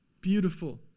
Beautiful